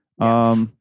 Yes